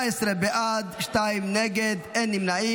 19 בעד, שניים נגד, אין נמנעים.